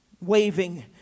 waving